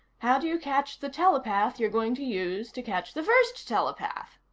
how do you catch the telepath you're going to use to catch the first telepath?